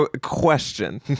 Question